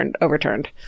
overturned